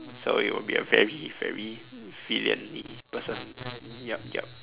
so it will be a very very villainy person yup yup